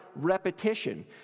repetition